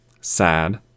sad